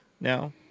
now